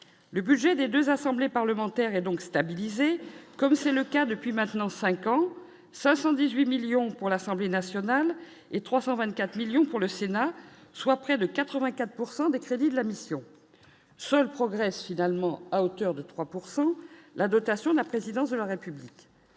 le budget des 2 assemblées parlementaires et donc stabilisé, comme c'est le cas depuis maintenant 5 ans 518 millions pour l'Assemblée nationale et 324 millions pour le Sénat, soit près de 84 pourcent des crédits de la mission seul progresse finalement à hauteur de 3 pourcent la dotation de la présidence de la République.